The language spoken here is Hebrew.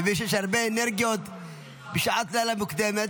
אני מבין שיש הרבה אנרגיות בשעת לילה מוקדמת.